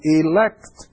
elect